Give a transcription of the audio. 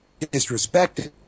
disrespected